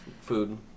Food